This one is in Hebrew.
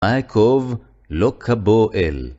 מה אקוב לא קבה קל